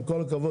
עם כל הכבוד,